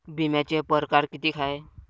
बिम्याचे परकार कितीक हाय?